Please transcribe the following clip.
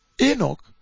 Enoch